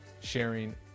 sharing